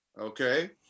Okay